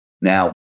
Now